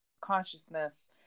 consciousness